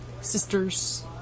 sisters